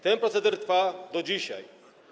Ten proceder trwa do dzisiaj.